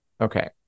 okay